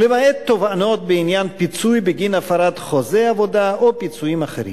ולמעט תובענות בעניין פיצוי בגין הפרת חוזה עבודה או פיצויים אחרים.